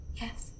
Yes